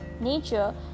nature